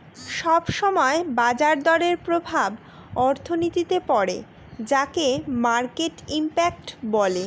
সব সময় বাজার দরের প্রভাব অর্থনীতিতে পড়ে যাকে মার্কেট ইমপ্যাক্ট বলে